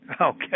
Okay